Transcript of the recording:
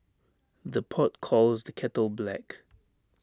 the pot calls the kettle black